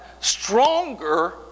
stronger